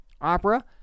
opera